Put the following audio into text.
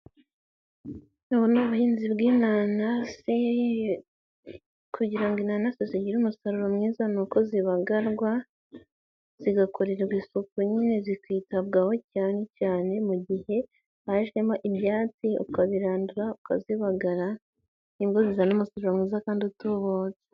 Ubu ni ubuhinzi bw'inanasi kugira ngo inanasi zigire umusaruro mwiza ni uko zibagarwa, zigakorerwa isuku nyine zikitabwaho cyane cyane, mu gihe hajemo ibyatsi, ukabirandura, ukazibagara, nibwo zizana umusaruro mwiza kandi utobotse.